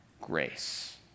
grace